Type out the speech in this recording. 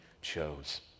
chose